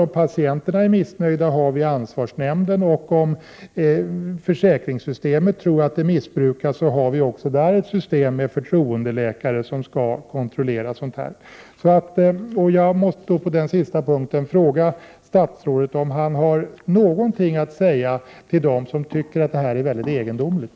Om patienterna är missnöjda finns ansvarsnämnden. För de fall där man från försäkringssystemet tror att det förekommer missbruk finns det ett system med förtroendeläkare som skall göra kontroller. På den sista punkten måste jag fråga statsrådet om han har något att säga till dem som tycker att det är mycket egendomligt.